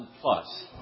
plus